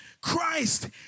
Christ